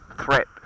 threat